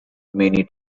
many